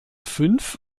fünf